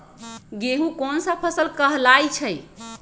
गेहूँ कोन सा फसल कहलाई छई?